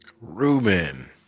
Ruben